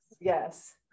Yes